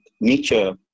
nature